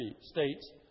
states